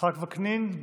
יצחק וקנין,